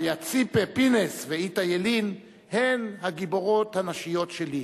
חיה ציפה פינס ואיטה ילין הן הגיבורות הנשיות שלי,